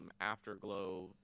Afterglow